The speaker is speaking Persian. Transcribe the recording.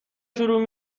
شروع